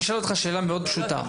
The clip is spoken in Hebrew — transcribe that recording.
אני שואל אותך שאלה מאוד פשוטה,